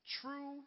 True